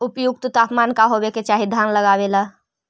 उपयुक्त तापमान का होबे के चाही धान लगावे ला?